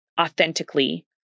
authentically